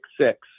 six